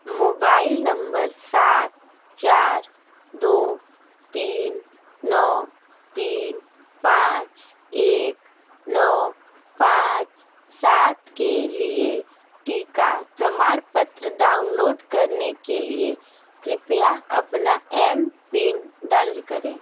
mobile number सात चार दो तीन नौ तीन पाँच एक नौ पाँच सात के लिए टीका प्रमाणपत्र डाउनलोड करने के लिए कृपया अपना एम पिन दर्ज करें